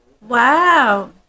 Wow